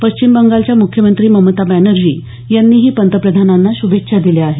पश्चिम बंगालच्या मुख्यमंत्री ममता बॅनर्जी यांनीही पंतप्रधानांना शुभेच्छा दिल्या आहेत